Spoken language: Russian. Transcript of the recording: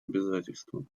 обязательствам